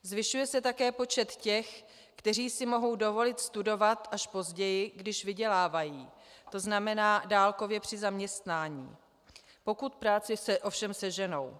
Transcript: Zvyšuje se také počet těch, kteří si mohou dovolit studovat až později, když vydělávají, to znamená dálkově při zaměstnání, pokud práci ovšem seženou.